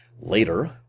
Later